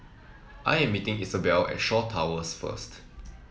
I am meeting Isobel at Shaw Towers first